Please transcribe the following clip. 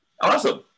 awesome